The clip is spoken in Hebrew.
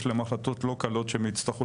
יש להם החלטות לא קלות שהם יצטרכו